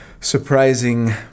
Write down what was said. surprising